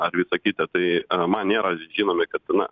ar visa kita tai a man nėra žinomi kad na